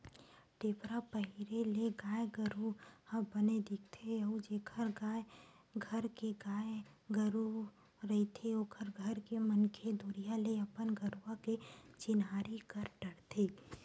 टेपरा पहिरे ले गाय गरु ह बने दिखथे अउ जेखर घर के गाय गरु रहिथे ओखर घर के मनखे दुरिहा ले अपन गरुवा के चिन्हारी कर डरथे